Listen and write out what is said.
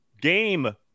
game